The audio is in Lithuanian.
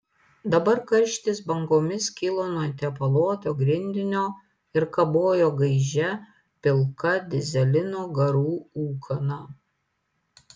dabar karštis bangomis kilo nuo tepaluoto grindinio ir kabojo gaižia pilka dyzelino garų ūkana